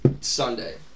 Sunday